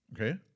okay